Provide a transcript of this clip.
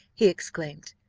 he exclaimed,